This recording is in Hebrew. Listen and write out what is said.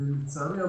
לצערי,